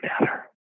matter